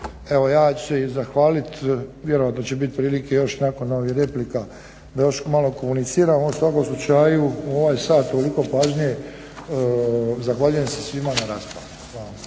Evo ja ću se zahvaliti. Vjerojatno će biti prilike još nakon ovih replika da još malo komuniciramo. Ali u svakom slučaju ovaj sat toliko pažnje zahvaljujem se svima na raspravi.